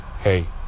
hey